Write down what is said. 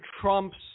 Trump's